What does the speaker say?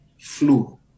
flu